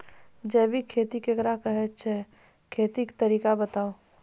जैबिक खेती केकरा कहैत छै, खेतीक तरीका बताऊ?